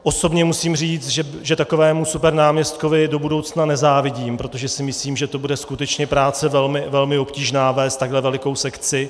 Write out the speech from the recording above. Osobně musím říct, že takovému supernáměstkovi do budoucna nezávidím, protože si myslím, že to bude skutečně práce velmi obtížná vést takhle velikou sekci.